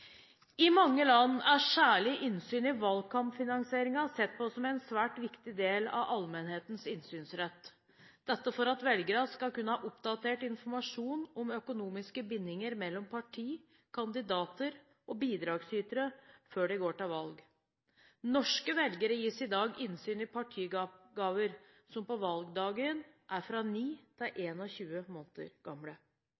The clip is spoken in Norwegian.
I mange land er særlig innsyn i valgkampfinansieringen sett på som en svært viktig del av allmennhetens innsynsrett – dette for at velgerne skal ha oppdatert informasjon om økonomiske bindinger mellom parti, kandidater og bidragsytere før de går til valg. Norske velgere gis i dag innsyn i partigaver som på valgdagen er fra 9 til